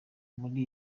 muri